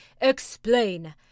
Explain